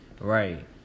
Right